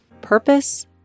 Purpose